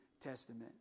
Testament